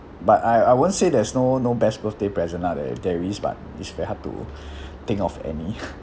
but I I won't say there's no no best birthday present lah there there is but it's very hard to think of any